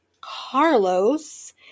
Carlos